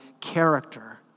character